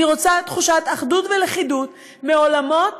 אני רוצה תחושת אחדות ולכידות מעולמות